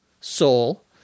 soul